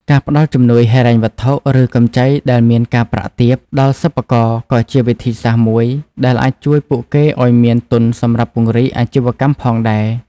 ការផ្តល់ជំនួយហិរញ្ញវត្ថុឬកម្ចីដែលមានការប្រាក់ទាបដល់សិប្បករក៏ជាវិធីសាស្ត្រមួយដែលអាចជួយពួកគេឱ្យមានទុនសម្រាប់ពង្រីកអាជីវកម្មផងដែរ។